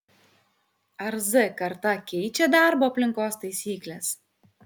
ar z karta keičia darbo aplinkos taisykles